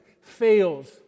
fails